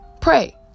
pray